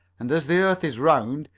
and as the earth is round.